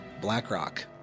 Blackrock